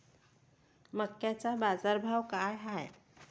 मक्याचा बाजारभाव काय हाय?